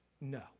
No